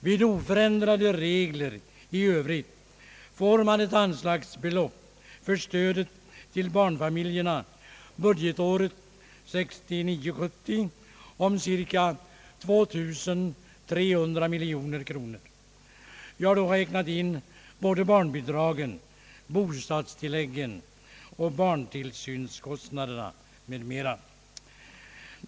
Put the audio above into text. Vid oförändrade regler i övrigt får man ett anslagsbelopp för stödet till barnfamiljerna under budgetåret 1969/70 om cirka 2300 miljoner kronor. Jag har då räknat in både barnbidragen, bostadstilläggen, barntillsynskostnader m.m.